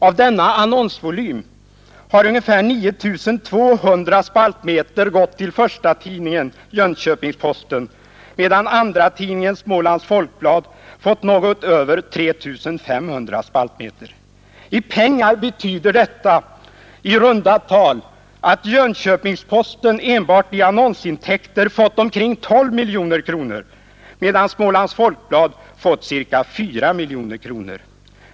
Av denna annonsvolym har ungefär 9 200 spaltmeter gått till förstatidningen Jönköpings-Posten, medan andratidningen Smålands Folkblad fått något över 3 500 spaltmeter. I pengar betyder detta i runda tal att Jönköpings-Posten enbart i annonsintäkter fått omkring 12 miljoner kronor, medan Smålands Folkblad fått ca 4 miljoner kronor.